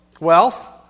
Wealth